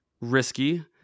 risky